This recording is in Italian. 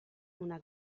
una